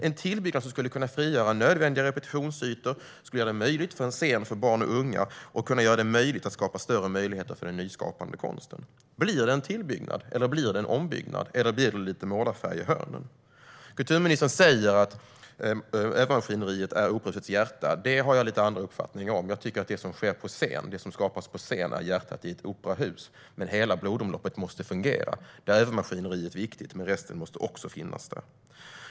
En tillbyggnad skulle kunna frigöra nödvändiga repetitionsytor och göra det möjligt för Operan att skapa en scen för barn och unga och skapa större möjligheter för den nyskapande konsten. Blir det en tillbyggnad? Eller blir det en ombyggnad? Eller blir det lite målarfärg i hörnen? Kulturministern säger att övermaskineriet är operahusets hjärta. Det har jag andra uppfattningar om. Jag tycker att det som sker på scen, det som skapas på scen, är hjärtat i ett operahus. Men hela blodomloppet måste fungera. Övermaskineriet är viktigt, men resten måste också finnas där.